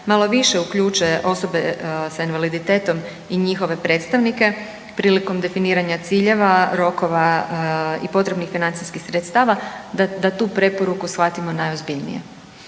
malo više uključe osobe s invaliditetom i njihove predstavnike prilikom definiranja ciljeva, rokova i potrebnih financijskih sredstava da tu preporuku shvatimo najozbiljnije.